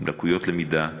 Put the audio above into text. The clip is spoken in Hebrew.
עם לקויות למידה,